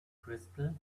crystal